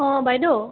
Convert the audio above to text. অঁ বাইদেউ